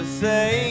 say